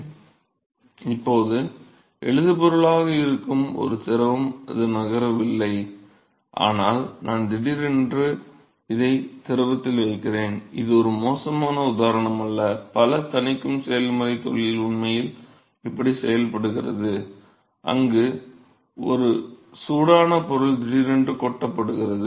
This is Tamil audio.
எனவே இப்போது எழுதுபொருளாக இருக்கும் ஒரு திரவம் அது நகரவில்லை ஆனால் நான் திடீரென்று இதை திரவத்தில் வைக்கிறேன் இது ஒரு மோசமான உதாரணம் அல்ல பல தணிக்கும் செயல்முறை தொழில் உண்மையில் இப்படி செய்யப்படுகிறது அங்கு ஒரு சூடான பொருள் திடீரென்று கொட்டப்படுகிறது